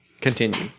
Continue